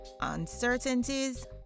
uncertainties